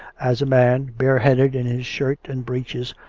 as a man, bareheaded, in his shirt and breeches,